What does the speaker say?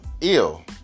ill